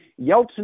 Yeltsin